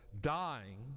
dying